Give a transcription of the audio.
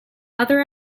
other